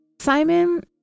Simon